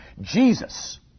Jesus